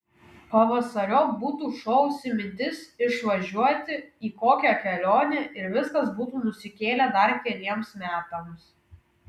pavasariop būtų šovusi mintis išvažiuoti į kokią kelionę ir viskas būtų nusikėlę dar keliems metams